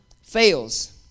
fails